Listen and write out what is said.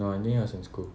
no I think he was in school